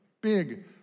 big